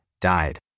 died